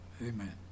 amen